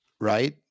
right